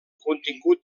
contingut